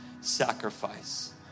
sacrifice